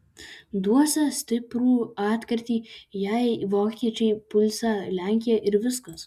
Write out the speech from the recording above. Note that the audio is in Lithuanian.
duosią stiprų atkirtį jei vokiečiai pulsią lenkiją ir viskas